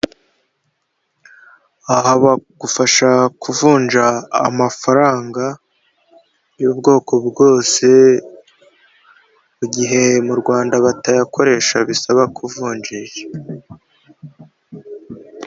Aha bagufasha kuvunja amafaranga y'ubwoko bwose, mu gihe mu Rwanda batayakoresha bisaba kuvunjishirirwa.